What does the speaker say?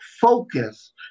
focus